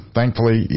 thankfully